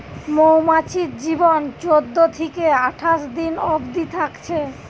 মৌমাছির জীবন চোদ্দ থিকে আঠাশ দিন অবদি থাকছে